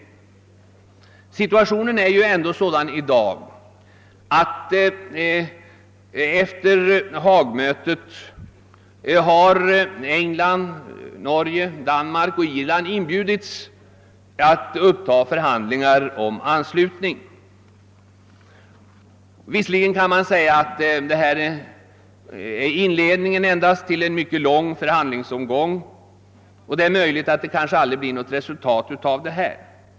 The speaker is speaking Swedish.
Efter Haag-mötet är situationen ändå den att England, Norge, Danmark och Irland inbjudits att uppta förhandlingar om anslutning. Visserligen kan detta sägas vara bara inledningen till en mycket lång förhandlingsomgång, och det är möjligt att det inte blir något resultat.